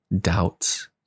doubts